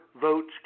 votes